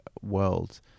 world